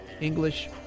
English